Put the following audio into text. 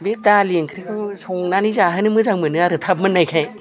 बे दालि ओंख्रिखौ संनानै जाहोनो मोजां मोनो आरो थाब मोननायखाय